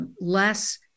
less